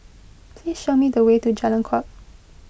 please show me the way to Jalan Kuak